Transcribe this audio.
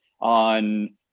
on